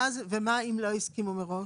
ומה אם לא הסכימו מראש?